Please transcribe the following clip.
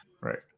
right